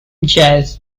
jazz